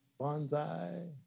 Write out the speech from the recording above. bonsai